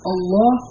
Allah